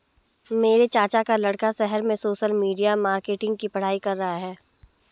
मेरे चाचा का लड़का शहर में सोशल मीडिया मार्केटिंग की पढ़ाई कर रहा है